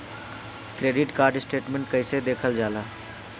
Credit card statement कइसे देखल जाला?